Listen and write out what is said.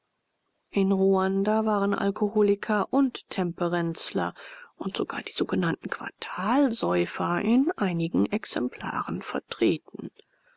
in ruanda waren alkoholiker und temperenzler und sogar die sogenannten quartalsäufer in einigen exemplaren vertreten